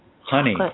honey